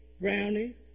Brownie